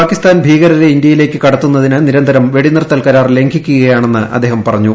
പാകിസ്ഥാൻ ഭീകരരെ ഇന്ത്യയിലേയ്ക്ക് കടത്തുന്നതിന് നിരന്തരം വെടിനിർത്തൽ കരാർ ലംഘിക്കുകയാണെന്ന് അദ്ദേഹം പറഞ്ഞു